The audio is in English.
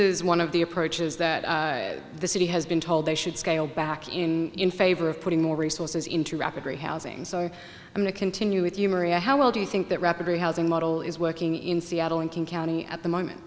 is one of the approaches that the city has been told they should scale back in in favor of putting more resources into reparatory housings are going to continue with you maria how well do you think that rapid rehousing model is working in seattle and king county at the moment